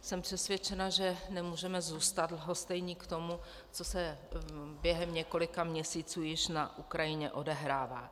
Jsem přesvědčena, že nemůžeme zůstat lhostejní k tomu, co se během několika měsíců již na Ukrajině odehrává.